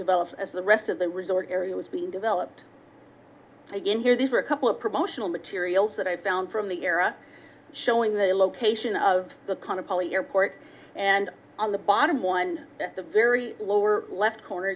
developed as the rest of the resort area was being developed in here these are a couple of promotional materials that i found from the era showing the location of the comet probably airport and on the bottom one at the very lower left corner